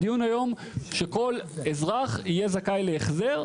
הדיון הוא הוא שכל אזרח יהיה זכאי להחזר,